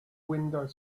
wind